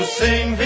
sing